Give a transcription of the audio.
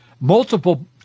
Multiple